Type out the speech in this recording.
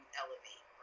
elevate